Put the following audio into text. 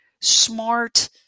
smart